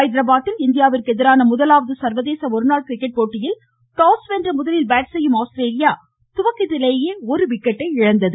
ஹைதராபாத்தில் இந்தியாவிற்கு எதிரான முதலாவது சர்வதேச ஒருநாள் கிரிக்கெட் போட்டியில் டாஸ் வென்று முதலில் பேட் செய்யும் ஆஸ்திரேலியா துவக்கத்திலேயே ஒரு விக்கெட்டை இழந்தது